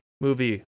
movie